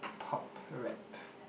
pop rap